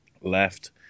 left